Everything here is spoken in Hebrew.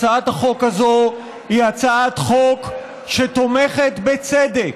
הצעת החוק הזו היא הצעת חוק שתומכת בצדק.